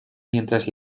mientras